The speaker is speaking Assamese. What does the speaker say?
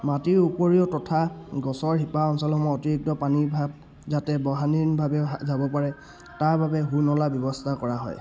মাটিৰ উপৰিও তথা গছৰ শিপা অঞ্চলসমূহ অতিৰিক্ত পানীৰ ভাগ যাতে বহানীনভাৱে যাব পাৰে তাৰ বাবে সুনলা ব্যৱস্থা কৰা হয়